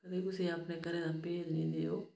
कदें कुसै गी अपने घरै दा भेत नी देओ